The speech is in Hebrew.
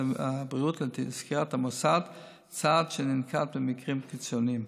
הבריאות לסגירת המוסד, צעד שננקט במקרים קיצוניים.